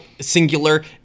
singular